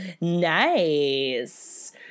Nice